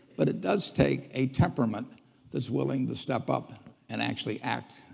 but it does take a temperament that's willing to step up and actually act.